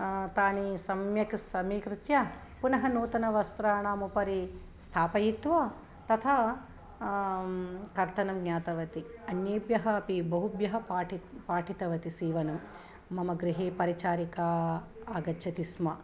तानि सम्यक् समीकृत्य पुनः नूतनवस्त्राणामुपरि स्थापयित्वा तथा कर्तनं ज्ञातवति अन्येभ्यः बहुभ्यः पाठि पाठितवति सीवनं मम गृहे परिचारिका आगच्छति स्म